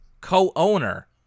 co-owner